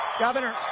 Governor